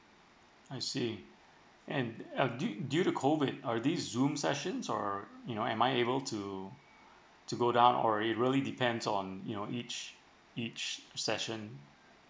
I see and and due due to COVID are this zoom sessions or you know am I able to to go down or it really depends on you know each each session